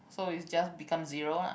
so it just become zero lah